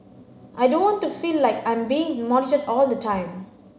I don't want to feel like I'm being monitored all the time